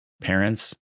parents